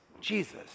Jesus